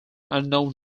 unknown